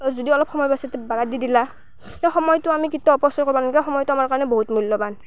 যদি অলপ সময় পাইছে তে বাগৰ দি দিলা সময়টো আমি কেতিয়াও অপচয় কৰিব নালাগে সময়টো আমাৰ কাৰণে বহুত মূল্যৱান